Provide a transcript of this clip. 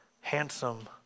handsome